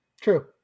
True